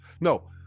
No